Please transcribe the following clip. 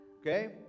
Okay